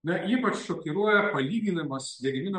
na ypač šokiruoja palyginimas gedimino